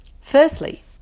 Firstly